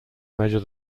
measure